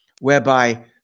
whereby